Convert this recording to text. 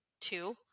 two